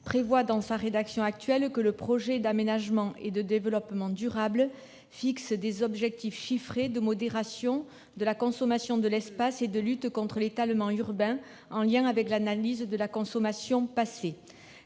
prévoit dans sa rédaction actuelle que le projet d'aménagement et de développement durable, le PADD, fixe des objectifs chiffrés de modération de la consommation de l'espace et de lutte contre l'étalement urbain en lien avec l'analyse de la consommation passée.